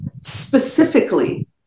specifically